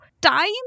time